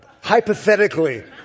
Hypothetically